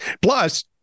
Plus